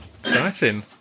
exciting